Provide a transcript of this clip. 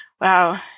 wow